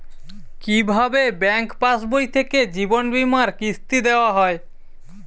কি ভাবে ব্যাঙ্ক পাশবই থেকে জীবনবীমার কিস্তি দেওয়া হয়?